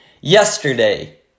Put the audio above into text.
yesterday